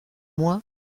moi